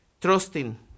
trusting